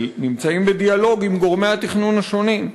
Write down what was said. ונמצאים בדיאלוג עם גורמי התכנון השונים.